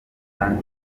kandi